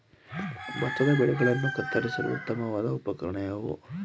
ಭತ್ತದ ಬೆಳೆಗಳನ್ನು ಕತ್ತರಿಸಲು ಉತ್ತಮವಾದ ಉಪಕರಣ ಯಾವುದು?